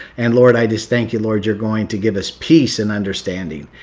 and lord, i just thank you, lord, you're going to give us peace and understanding.